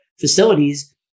facilities